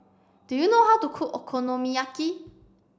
do you know how to cook Okonomiyaki